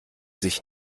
sich